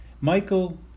Michael